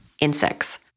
insects